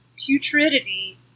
putridity